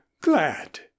glad